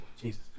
Jesus